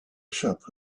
shop